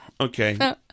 Okay